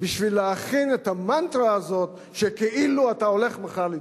בשביל להכין את המנטרה הזאת שכאילו אתה הולך מחר לתקוף.